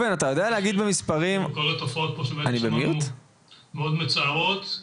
כל התופעות שמתוארות פה מאוד מצערות,